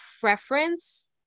preference